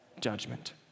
judgment